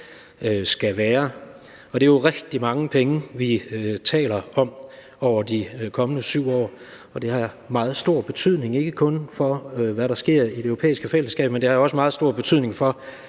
skal være. Det er jo rigtig mange penge, vi taler om, over de kommende 7 år. Det har meget stor betydning, ikke kun for hvad der sker i det europæiske fællesskab, men også meget stor betydning for